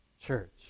Church